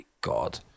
god